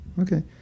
Okay